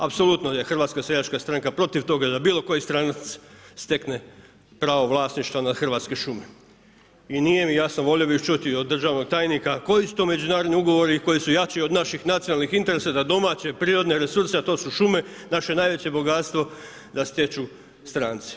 Apsolutno je HSS protiv toga da bilo koji stranac stekne pravo vlasništva nad hrvatskom šumom i nije mi jasno, volio bih čuti od državnog tajnika koji su to međunarodni ugovori koji su jači od naših nacionalnih interesa da domaće prirodne resurse, a to su šume, naše najveće bogatstvo da stječu stranci.